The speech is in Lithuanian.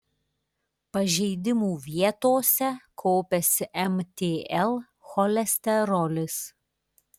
pažeidimų vietose kaupiasi mtl cholesterolis